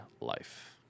life